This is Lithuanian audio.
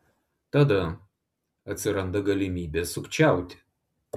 tada atsiranda galimybė sukčiauti